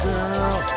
Girl